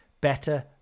better